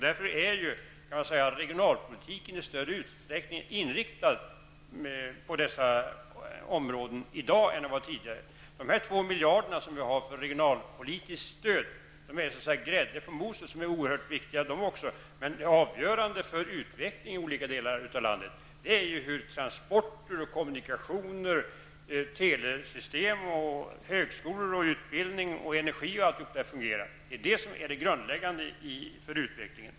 Därför är regionalpolitiken i dag i större utsträckning än tidigare inriktad på dessa områden. De 2 miljarder kronor som finns till regionalpolitiskt stöd är så att säga grädden på moset, och de är naturligtvis oerhört viktiga. Men det avgörande för utvecklingen i olika delar av landet är hur transporter, kommunikationer, telesystem, högskolor, utbildning, energi osv. fungerar. Det är det som är det grundläggande för utvecklingen.